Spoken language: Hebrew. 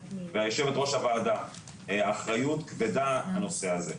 ויו"ר הוועדה אחריות כבדה הנושא הזה.